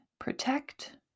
Protect